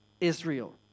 Israel